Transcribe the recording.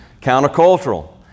Countercultural